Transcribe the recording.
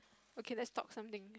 okay let's talk something